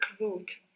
root